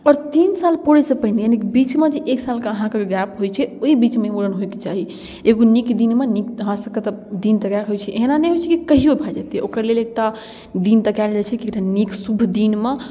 आओर तीन साल पुरैसँ पहिने यानि बीचमे जे एक सालके अहाँक जे गैप होइ छै ओइ बीचमे अहाँके मुड़न होइके चाही एगो नीक दिनमे नीक हमरा सभके तऽ दिन तकैके होइ छै अहिना नहि होइ छै कहियो भए जेतै ओकरा लेल एकटा दिन तकायल जाइ छै कि एकटा नीक शुभ दिनमे